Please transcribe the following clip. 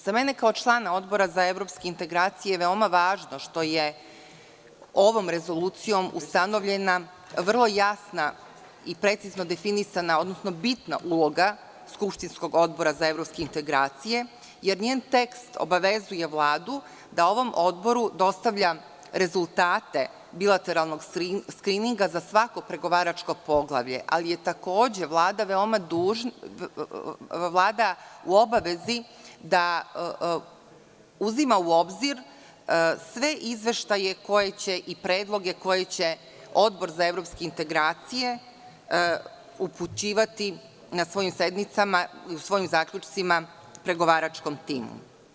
Za mene kao člana Odbora za evropske integracije je veoma važno što je ovom rezolucijom ustanovljena vrlo jasna i precizno definisana, odnosno bitna uloga skupštinskog Odbora za evropske integracije, jer njen tekst obavezuje Vladu da ovom odboru dostavlja rezultate bilateralnog skrininga za svako pregovaračko poglavlje, ali je takođe Vlada dužna da uzima u obzir sve izveštaje i predloge koje će Odbor za evropske integracije upućivati na svojim sednicama i u svojim zaključcima pregovaračkom timu.